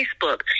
Facebook